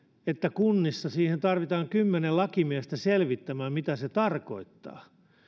että kunnissa tarvitaan kymmenen lakimiestä selvittämään mitä se tarkoittaa